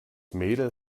mädel